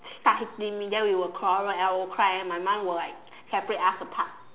start hitting me then we will quarrel and I will cry and my mom will like separate us apart